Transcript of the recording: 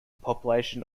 population